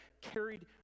carried